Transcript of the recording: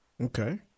Okay